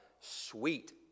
sweet